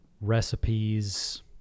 recipes